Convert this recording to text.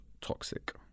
toxic